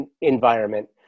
environment